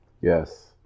yes